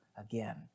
again